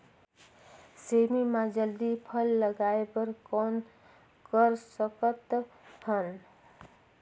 सेमी म जल्दी फल लगाय बर कौन कर सकत हन?